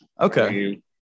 Okay